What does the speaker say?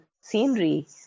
scenery